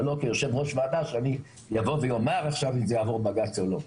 אבל לא כיו"ר ועדה שאני אומר עכשיו אם זה יעבור בג"צ או לא.